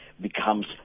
becomes